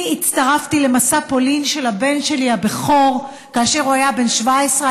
אני הצטרפתי למסע פולין של הבן הבכור שלי כאשר הוא היה בן 17,